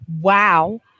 wow